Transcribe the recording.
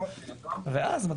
אבל אז,